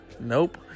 Nope